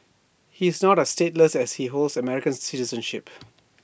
he is not stateless as he holds American citizenship